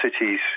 cities